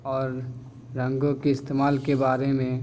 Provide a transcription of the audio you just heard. اور رنگوں کے استعمال کے بارے میں